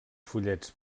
fullets